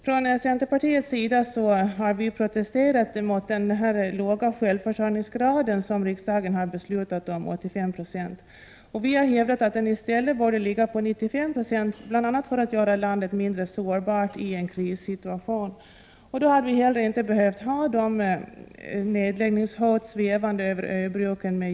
Från centerpartiets sida har vi protesterat mot den låga självförsörjningsgrad som riksdagen har fattat beslut om, 85 26, och vi har hävdat att den i stället borde vara 95 96, bl.a. för att göra landet mindre sårbart i en krissituation. Då hade vi inte med jämna mellanrum behövt ha nedläggningshot svävande över öbruken.